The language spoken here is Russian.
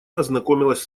ознакомилась